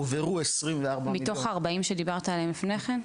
העוברו 24 מיליון --- מתוך ה-40 שדיברת עליהם לפני כן,